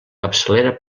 capçalera